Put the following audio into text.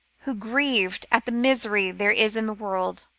who, grieved at the misery there is in the world,